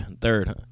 third